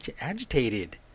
agitated